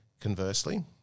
Conversely